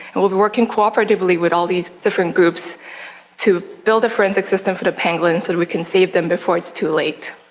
will be working cooperatively with all these different groups to build a forensic system for the pangolins so that we can save them before it's too late.